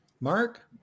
Mark